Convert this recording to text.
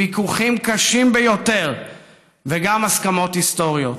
ויכוחים קשים ביותר וגם הסכמות היסטוריות.